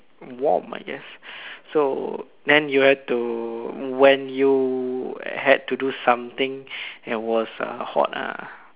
warm I guess so then you had to when you had to do something it was uh hot ah